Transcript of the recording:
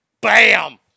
bam